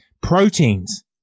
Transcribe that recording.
Proteins